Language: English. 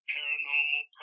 Paranormal